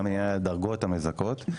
גם לעניין הדרגות המזכות.